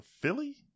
Philly